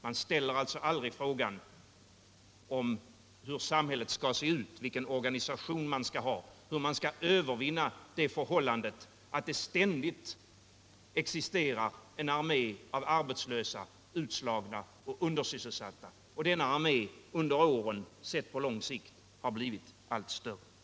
Man ställer alltså aldrig frågan om hur samhället skall se ut, vilken samhällsorganisation vi skall ha och hur vi skall övervinna förhållandet att det ständigt existerar en armé av arbetslösa, utslagna och undersysselsatta som, sett på lång sikt, blivit allt större med åren.